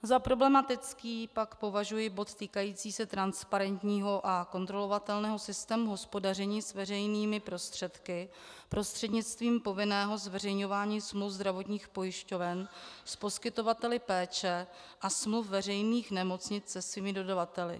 Za problematický pak považuji bod týkající se transparentního a kontrolovatelného systému hospodaření s veřejnými prostředky prostřednictvím povinného zveřejňování smluv zdravotních pojišťoven s poskytovateli péče a smluv veřejných nemocnic se svými dodavateli.